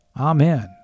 Amen